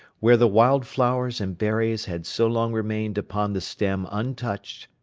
where the wild flowers and berries had so long remained upon the stem untouched,